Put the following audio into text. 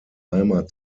eimer